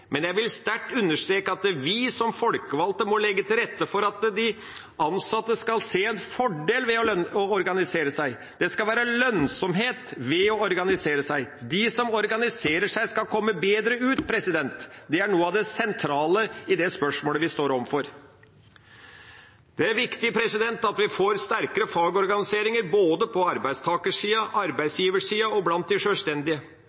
men jeg vil sterkt understreke at vi som folkevalgte må legge til rette for at de ansatte skal se en fordel ved å organisere seg. Det skal være lønnsomhet ved å organisere seg. De som organiserer seg, skal komme bedre ut. Det er noe av det sentrale i det spørsmålet vi står overfor. Det er viktig at vi får sterkere fagorganiseringer både på arbeidstakersida, på arbeidsgiversida og blant de sjølstendige,